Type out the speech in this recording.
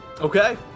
Okay